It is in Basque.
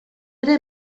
ere